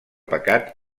pecat